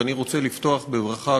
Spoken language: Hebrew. ואני רוצה לפתוח בברכה,